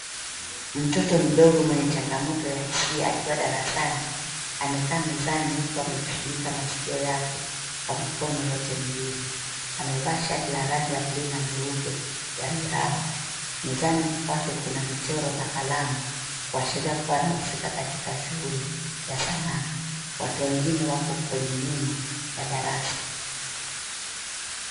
Mtoto mdogo mwenye changamoto ya hisia akiwa darasani amekaa mezani huku amejifunika masikio yake kwa mikono yote miwili, amevaa shati la rangi ya buluu na nyeupe ya miraba ,mezani kwake kuna michoro na kalamu kwa kuashiria kuwa anahusika katika shughuli ya sanaa ,watu wengine wako kwenye nyuma ya darasa.